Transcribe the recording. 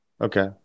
Okay